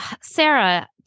Sarah